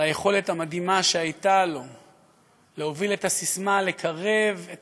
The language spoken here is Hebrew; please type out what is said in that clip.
על היכולת המתאימה שהייתה לו להוביל את הסיסמה לקרב את